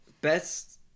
Best